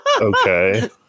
okay